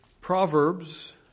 Proverbs